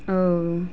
اوہ